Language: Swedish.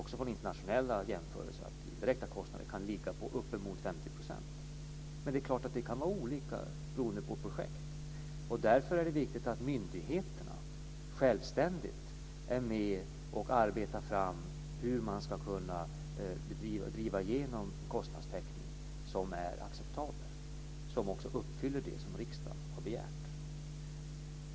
Vi vet från internationella jämförelser att de indirekta kostnaderna kan ligga uppemot 50 %. Men naturligtvis kan de vara olika beroende på projekt. Därför är det viktigt att myndigheterna självständigt är med och arbetar fram hur man ska kunna driva igenom en kostnadstäckning som är acceptabel och som också uppfyller det som riksdagen har begärt.